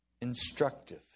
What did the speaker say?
instructive